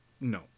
no